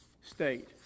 state